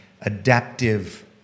adaptive